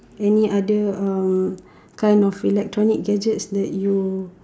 any other um kind of electronic gadgets that you